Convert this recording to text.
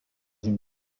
une